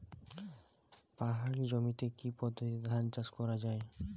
পাহাড়ী জমিতে কি পদ্ধতিতে ধান চাষ করা যায়?